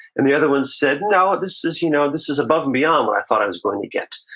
and the other one said, no, this is you know this is above and beyond what i thought i was going to get.